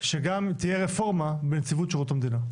שגם תהיה רפורמה בנציבות שירות המדינה.